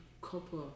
copper